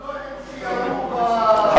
אבל לא הם שירו, לא מכפר-כנא?